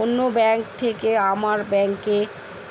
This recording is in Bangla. অন্য ব্যাংক থেকে আমার ব্যাংকে